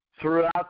throughout